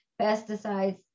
pesticides